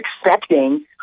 expecting